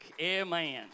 Amen